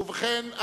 ובכן,